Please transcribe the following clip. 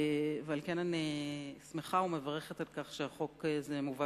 ועל כן אני שמחה ומברכת על כך שהחוק הזה מובא